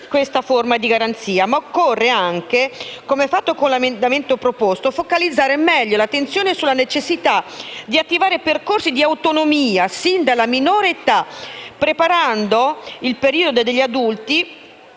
Occorre anche, come fatto con l'emendamento proposto, focalizzare meglio l'attenzione sulla necessità di attivare percorsi di autonomia sin dalla minore età, preparando il periodo dell'età adulta